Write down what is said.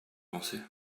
pensez